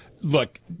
Look